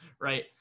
right